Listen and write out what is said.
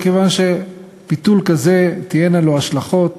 כיוון שביטול כזה תהיינה לו השלכות